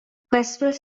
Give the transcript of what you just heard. westville